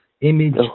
Image